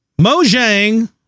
mojang